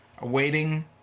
awaiting